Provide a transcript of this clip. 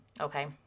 Okay